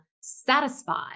satisfied